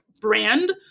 brand